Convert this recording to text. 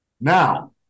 Now